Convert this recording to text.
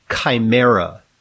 Chimera